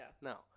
no